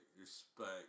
respect